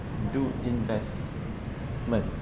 do investments